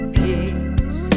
peace